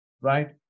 right